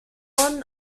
among